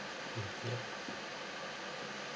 mmhmm yup